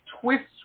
twists